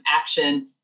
action